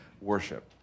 worship